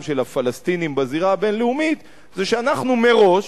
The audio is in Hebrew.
של הפלסטינים בזירה הבין-לאומית זה שאנחנו מראש,